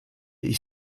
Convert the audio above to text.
ich